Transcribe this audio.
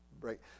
break